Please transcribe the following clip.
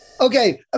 Okay